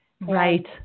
Right